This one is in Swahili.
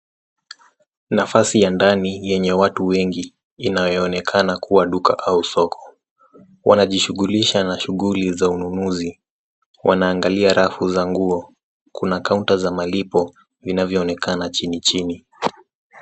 Nafasi ya ndani yenye watu wengi inayoonekana kua duka au soko, wanajishughulisha na shughuli za ununuzi, wanaangalia rafu za nguo kuna kaunta za malipo vinavyoonekana chini.